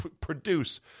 produce